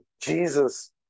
Jesus